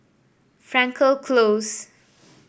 Frankel Close